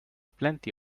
plenty